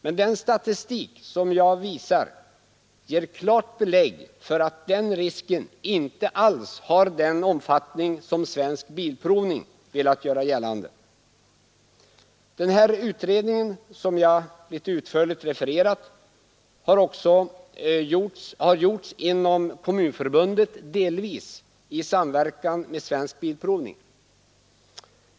Men den statistik jag visar ger klart belägg för att sådana risker inte alls har den omfattning som Svensk bilprovning velat göra gällande. Den utredning jag utförligt refererat har gjorts inom Kommunförbundet, delvis i samverkan med Svensk bilprovning.